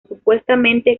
supuestamente